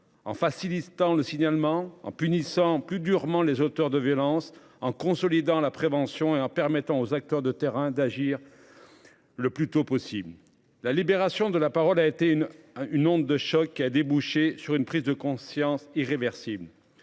en facilitant le signalement en punissant plus durement les auteurs de violences en consolidant la prévention et en permettant aux acteurs de terrain d'agir. Le plus tôt possible la libération de la parole a été une une onde de choc a débouché sur une prise de conscience irréversible